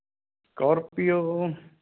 scorpio